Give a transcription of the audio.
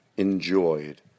enjoyed